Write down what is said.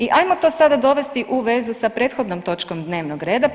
I ajmo to sada dovesti u vezu sa prethodnom točkom dnevnog reda.